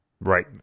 Right